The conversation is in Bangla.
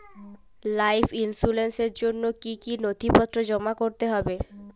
লাইফ ইন্সুরেন্সর জন্য জন্য কি কি নথিপত্র জমা করতে হবে?